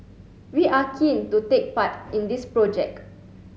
we are keen to take part in this project